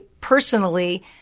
personally